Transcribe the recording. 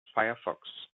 firefox